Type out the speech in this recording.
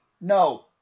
no